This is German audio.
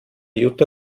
jutta